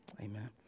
Amen